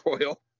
Royal